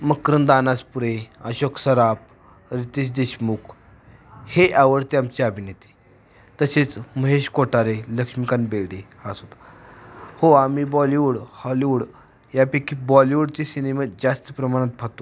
मकरंद आनासपुरे अशोक सराफ रितेश देशमुख हे आवडते आमची अभिनेते तसेच महेश कोठारे लक्ष्मीकांत बेर्डे हा सुद्धा हो आम्ही बॉलीवूड हॉलीवूड यापैकी बॉलीवूडचे सिनेमे जास्त प्रमाणात पाहतो